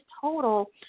total